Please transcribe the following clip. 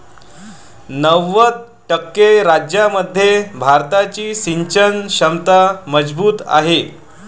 नव्वद टक्के राज्यांमध्ये भारताची सिंचन क्षमता मजबूत आहे